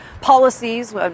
policies